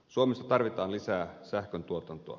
suomessa tarvitaan lisää sähköntuotantoa